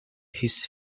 his